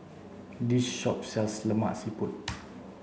this shop sells Lemak Siput